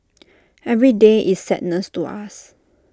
every day is sadness to us